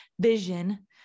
vision